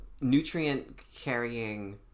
nutrient-carrying